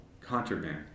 contraband